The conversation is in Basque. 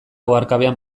oharkabean